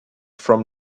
from